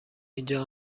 اینجا